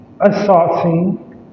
assaulting